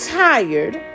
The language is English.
tired